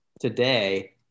today